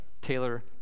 Taylor